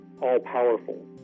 all-powerful